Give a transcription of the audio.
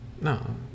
No